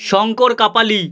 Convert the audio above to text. Shankar Kapali